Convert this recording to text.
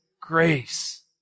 grace